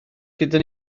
gyda